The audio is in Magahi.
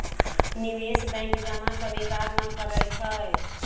निवेश बैंक जमा स्वीकार न करइ छै